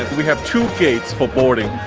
we have two gates for boarding.